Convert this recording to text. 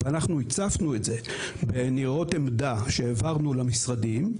ואנחנו הצפנו את זה בניירות עמדה שהעברנו למשרדים,